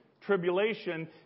Tribulation